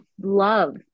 love